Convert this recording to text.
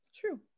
true